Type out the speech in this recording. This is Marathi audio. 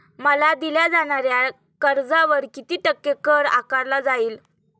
मला दिल्या जाणाऱ्या कर्जावर किती टक्के कर आकारला जाईल?